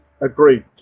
agreed